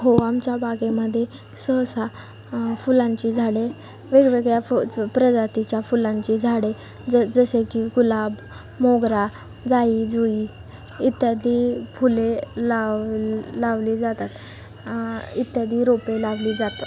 हो आमच्या बागेमध्ये सहसा फुलांची झाडे वेगवेगळ्या फु च् प्रजातीच्या फुलांची झाडे ज् जसे की गुलाब मोगरा जाई जुई इत्यादी फुले लाव ल् लावली जातात इत्यादी रोपे लावली जात